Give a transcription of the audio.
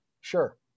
Sure